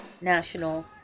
national